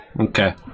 Okay